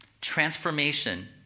Transformation